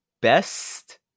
best